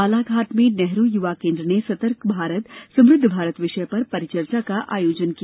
बालाघाट में नेहरू युवा केन्द्र ने सर्तक भारत समृद्ध भारत विषय पर परिचर्चा का आयोजन किया